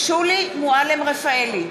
מועלם-רפאלי,